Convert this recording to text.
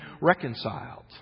reconciled